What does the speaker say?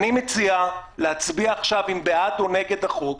אני מציע להצביע עכשיו אם בעד או נגד החוק,